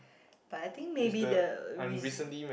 but I think maybe the reason